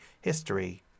history